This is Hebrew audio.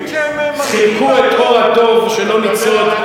חילקו את עור הדוב שלא ניצוד,